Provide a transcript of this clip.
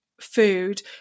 food